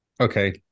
Okay